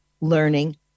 learning